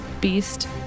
beast